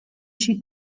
she